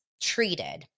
treated